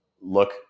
look